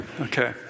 Okay